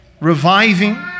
reviving